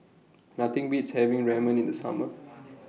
Nothing Beats having Ramen in The Summer